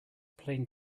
plain